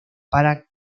para